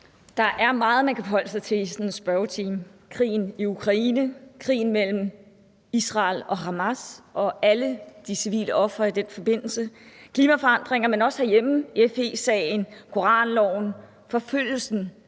Der er meget, man kan forholde sig til i sådan en spørgetime. Der er krigen i Ukraine, krigen mellem Israel og Hamas og alle de civile ofre i den forbindelse, og der er klimaforandringer. Men også herhjemme er der FE-sagen, koranloven, forfølgelsen